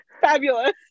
Fabulous